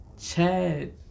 Chad